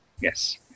Yes